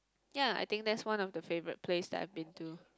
ya I think that's one of the favourite place that I've been to